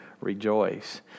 Rejoice